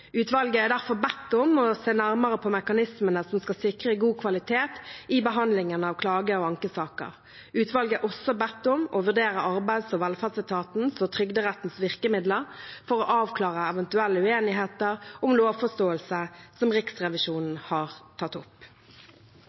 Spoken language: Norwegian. Utvalget er derfor bedt om å se nærmere på mekanismene som skal sikre god kvalitet i behandlingen av klage- og ankesaker. Utvalget er også bedt om å vurdere arbeids- og velferdsetatens og Trygderettens virkemidler for å avklare eventuelle uenigheter om lovforståelse som Riksrevisjonen har tatt opp.